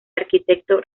arquitecto